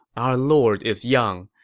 our lord is young.